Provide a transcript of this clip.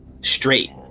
straight